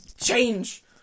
change